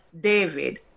David